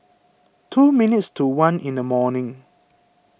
two minutes to one in the morning